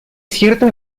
cierto